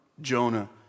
Jonah